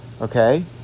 okay